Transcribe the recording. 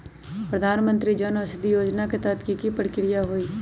प्रधानमंत्री जन औषधि योजना के तहत की की प्रक्रिया होई?